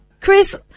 Chris